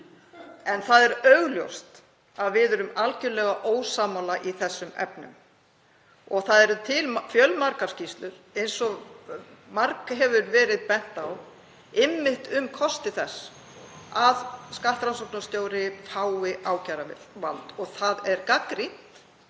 En það er augljóst að við erum algjörlega ósammála í þessum efnum. Það eru til fjölmargar skýrslur, eins og oft hefur verið bent á, einmitt um kosti þess að skattrannsóknarstjóri fái ákæruvald og það er gagnrýnt